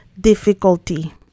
difficulty